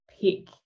pick